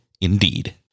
Indeed